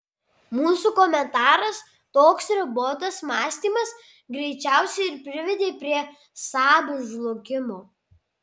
mūsų komentaras toks ribotas mąstymas greičiausiai ir privedė prie saab žlugimo